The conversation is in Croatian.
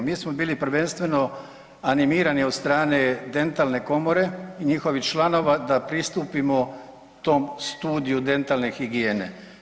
Mi smo bili prvenstveno animirani od strane dentalne komore i njihovih članova da pristupimo tom studiju dentalne higijene.